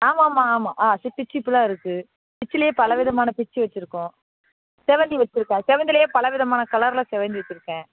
ஆமாம்மா ஆமாம் ஆ பிச்சிப்பூலாம் இருக்குது பிச்சிலேயே பல விதமான பிச்சி வெச்சிருக்கோம் செவ்வந்தி வெச்சிருக்கோம் செவ்வந்திலேயே பல விதமான கலரில் செவ்வந்தி வெச்சிருக்கேன்